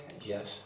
Yes